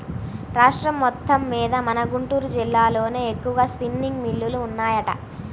రాష్ట్రం మొత్తమ్మీద మన గుంటూరు జిల్లాలోనే ఎక్కువగా స్పిన్నింగ్ మిల్లులు ఉన్నాయంట